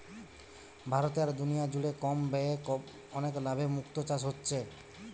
ভারতে আর দুনিয়া জুড়ে কম ব্যয়ে অনেক লাভে মুক্তো চাষ হচ্ছে